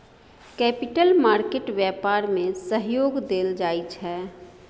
capital market व्यापार में सहयोग देल जाइ छै